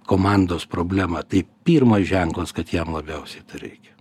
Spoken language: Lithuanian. komandos problema tai pirmas ženklas kad jam labiausiai reikia